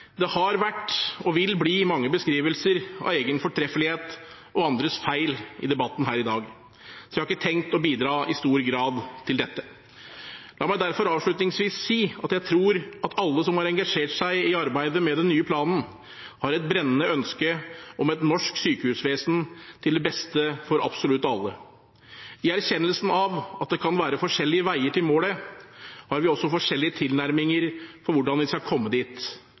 Det har vært og vil bli mange beskrivelser av egen fortreffelighet og andres feil i debatten her i dag, så jeg har ikke tenkt å bidra i stor grad til dette. La meg derfor avslutningsvis si at jeg tror at alle som har engasjert seg i arbeidet med den nye planen, har et brennende ønske om et norsk sykehusvesen til beste for absolutt alle. I erkjennelsen av at det kan være forskjellige veier til målet, har vi også forskjellige tilnærminger til hvordan vi skal komme dit.